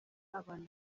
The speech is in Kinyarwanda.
abantu